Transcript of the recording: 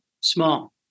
Small